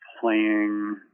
playing